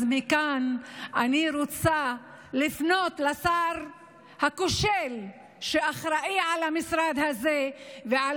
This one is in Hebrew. אז מכאן אני רוצה לפנות לשר הכושל שאחראי על המשרד הזה ועל